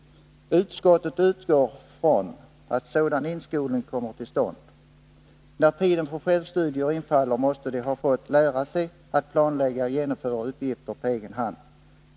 Utskottet utgår från att sådan inskolning kommer till stånd. När tiden för självstudier infaller måste de ha fått lära sig att planlägga och genomföra uppgifter på egen hand.